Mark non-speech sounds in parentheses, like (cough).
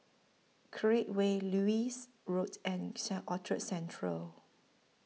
Create Way Lewis Road and (unintelligible) Orchard Central